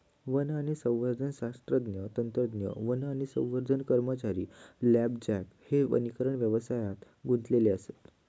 one आणि संवर्धन शास्त्रज्ञ, तंत्रज्ञ, वन आणि संवर्धन कर्मचारी, लांबरजॅक हे वनीकरण व्यवसायात गुंतलेले असत